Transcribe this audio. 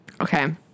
okay